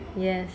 yes